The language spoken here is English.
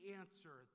answer